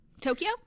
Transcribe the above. Tokyo